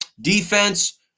Defense